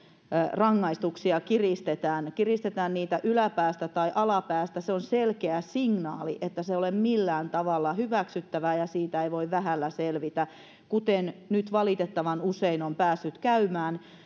rangaistuksia kiristetään kiristetään niitä sitten yläpäästä tai alapäästä se on selkeä signaali että se ei ole millään tavalla hyväksyttävää ja siitä ei voi vähällä selvitä nyt valitettavan usein on päässyt käymään niin